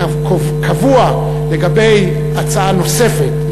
קבוע לגבי הצעה נוספת,